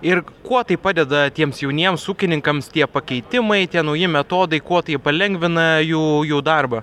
ir kuo tai padeda tiems jauniems ūkininkams tie pakeitimai tie nauji metodai kuo tai palengvina jų jų darbą